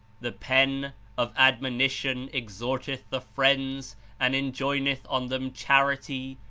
the pen of admonition exhorteth the friends and enjoineth on them charity,